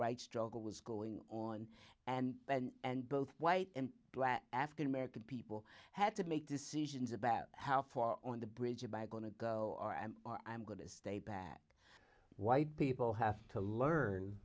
rights struggle was going on and both white and black african american people had to make decisions about how far on the bridge about going to go or am or i'm going to stay back white people have to learn